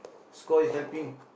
score is helping